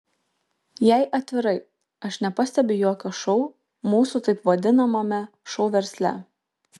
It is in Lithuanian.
jei atvirai aš nepastebiu jokio šou mūsų taip vadinamame šou versle